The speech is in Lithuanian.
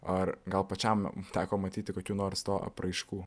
ar gal pačiam teko matyti kokių nors to apraiškų